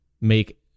make